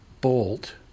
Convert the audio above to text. Bolt